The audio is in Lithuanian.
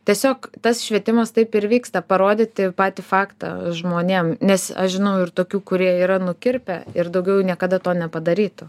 tiesiog tas švietimas taip ir vyksta parodyti patį faktą žmonėm nes aš žinau ir tokių kurie yra nukirpę ir daugiau jau niekada to nepadarytų